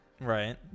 right